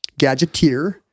gadgeteer